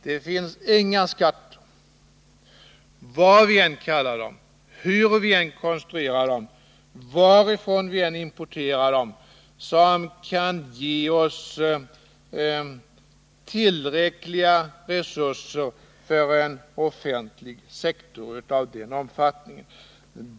Det finns inga skatter, vad vi än kallar dem, hur vi än konstruerar dem, varifrån vi än importerar dem, som kan ge oss tillräckliga resurser för en offentlig sektor av den omfattningen.